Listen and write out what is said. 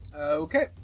Okay